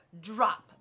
drop